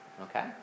Okay